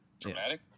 Dramatic